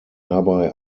dabei